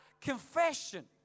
confession